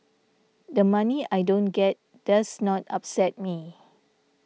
the money I don't get does not upset me